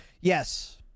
Yes